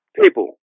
People